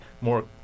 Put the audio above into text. more